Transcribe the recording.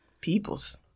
Peoples